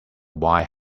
wide